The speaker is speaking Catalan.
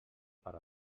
per